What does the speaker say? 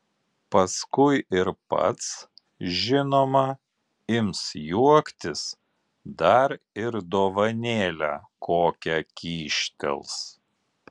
paskui ir pats žinoma ims juoktis dar ir dovanėlę kokią kyštels